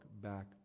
back